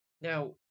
Now